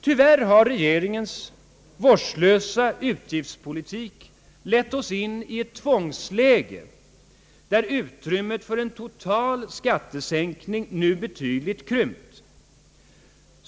Tyvärr har regeringens vårdslösa utgiftspolitik lett oss in i ett tvångsläge, där utrymmet för en total skattesänkning nu betydligt krympt.